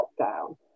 lockdown